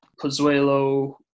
Pozuelo